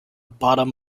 bottom